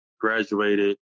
Graduated